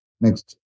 Next